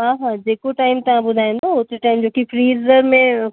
हा हा जेको टाइम तां ॿुधाईंदा ओतिरे टाइम जो फ़्रीजर में